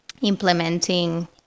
implementing